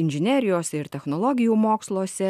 inžinerijos ir technologijų moksluose